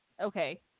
Okay